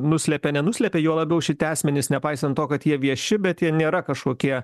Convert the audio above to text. nuslepia nenuslepia juo labiau šitie asmenys nepaisant to kad jie vieši bet jie nėra kažkokie